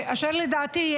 לדעתי,